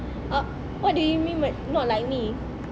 ah what do you mean not like me